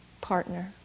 partner